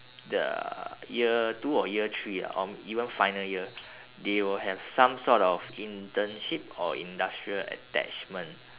the year two or year three ah or even final year they will have some sort of internship or industrial attachment